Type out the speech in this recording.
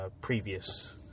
previous